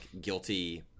guilty